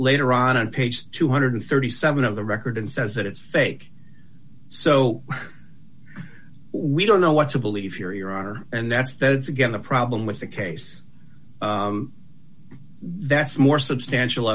later on page two hundred and thirty seven of the record and says that it's fake so we don't know what to believe here your honor and that's that's again the problem with the case that's more substantial